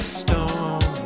stone